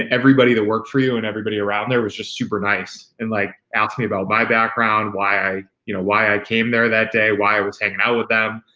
everybody that worked for you and everybody around there was just super nice and like, asked me about my background, why i you know why i came there that day? why i was hanging out with them?